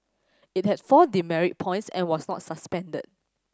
it had four demerit points and was not suspended